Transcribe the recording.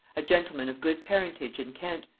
a gentleman of good parentage in kent,